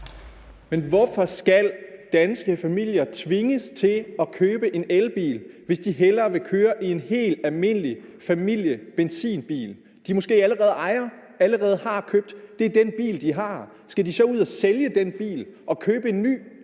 Men hvorfor skal danske familier tvinges til at købe en elbil, hvis de hellere vil køre i en helt almindelig familiebenzinbil på, som de måske allerede ejer og allerede har købt. Det er den bil, de har. Skal de så ud at sælge den bil og købe en ny dyr elbil,